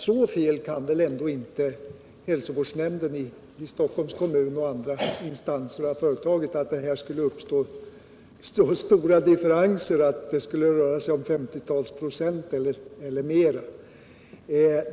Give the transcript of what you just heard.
Så fel kan väl ändå inte hälsovårdsnämnden i Stockholms kommun och andra instanser ha räknat, att det skulle uppstå så stora differenser som ett femtiotal procent eller mera.